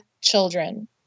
children